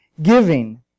giving